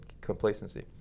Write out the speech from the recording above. complacency